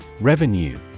Revenue